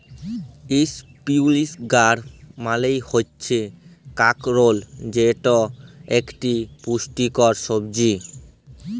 ইসপিলই গাড় মালে হচ্যে কাঁকরোল যেট একট পুচটিকর ছবজি